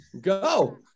go